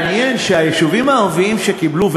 מעניין שהיישובים הערביים שקיבלו,